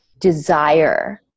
desire